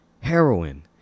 Heroin